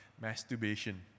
masturbation